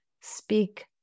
speak